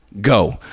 Go